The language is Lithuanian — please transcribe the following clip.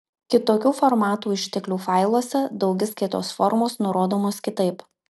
kitokių formatų išteklių failuose daugiskaitos formos nurodomos kitaip